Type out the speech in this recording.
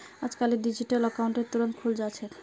अजकालित digital account तुरंत खुले जा छेक